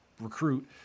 recruit